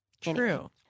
True